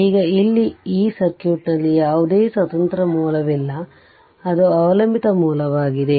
ಈಗ ಇಲ್ಲಿ ಈ ಸರ್ಕ್ಯೂಟ್ನಲ್ಲಿ ಯಾವುದೇ ಸ್ವತಂತ್ರ ಮೂಲವಿಲ್ಲ ಅದು ಅವಲಂಬಿತ ಮೂಲವಾಗಿದೆ